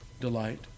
delight